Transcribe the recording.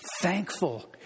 thankful